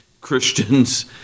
Christians